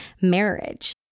marriage